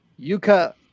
Yuka